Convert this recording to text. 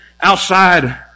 outside